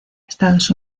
estados